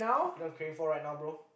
you not craving for right now bro